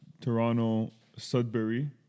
Toronto-Sudbury